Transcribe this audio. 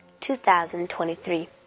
2023